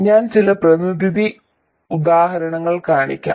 ഞാൻ ചില പ്രതിനിധി ഉദാഹരണങ്ങൾ കാണിക്കും